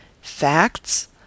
Facts